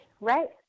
right